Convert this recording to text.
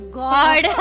god